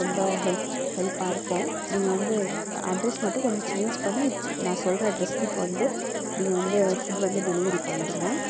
ரொம்ப ஹெல்ப் ஹெல்ப்பாக இருக்கும் நீங்கள் வந்து அட்ரஸ் மட்டும் கொஞ்சம் சேஞ்ச் பண்ணி நான் சொல்லுற அட்ரஸ்க்கு இப்போ வந்து நீங்கள் வந்து ஃபுட் வந்து டெலிவரி பண்ணிடுங்க